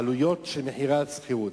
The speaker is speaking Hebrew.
בהשוואה לעלויות של השכירות.